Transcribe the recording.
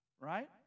right